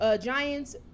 Giants